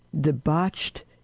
debauched